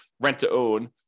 rent-to-own